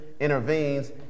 intervenes